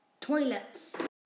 Toilets